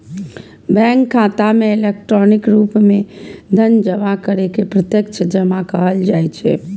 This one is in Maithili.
बैंक खाता मे इलेक्ट्रॉनिक रूप मे धन जमा करै के प्रत्यक्ष जमा कहल जाइ छै